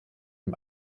ihm